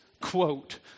quote